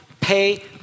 pay